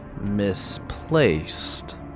misplaced